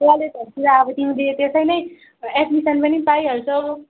कलेजहरूतिर अब तिमीले त्यतै नै एडमिसन पनि पाइहाल्छौ